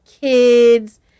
kids